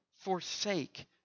forsake